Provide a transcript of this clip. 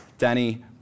Danny